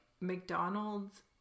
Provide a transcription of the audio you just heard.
mcdonald's